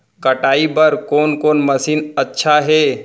कटाई बर कोन कोन मशीन अच्छा हे?